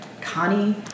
Connie